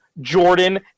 Jordan